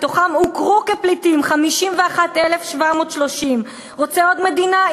מתוכם הוכרו כפליטים 51,730. רוצה עוד מדינה?